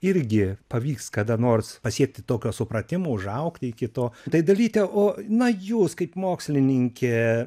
irgi pavyks kada nors pasiekti tokio supratimo užaugti iki to tai dalyte o na jūs kaip mokslininkė